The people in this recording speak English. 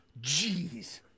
Jeez